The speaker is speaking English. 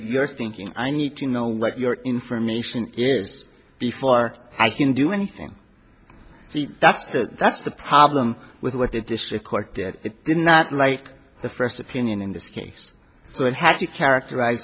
you're thinking i need to know what your information is before i can do anything so that's the that's the problem with what the district court did not like the first opinion in this case so it had to characterize